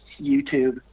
YouTube